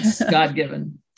God-given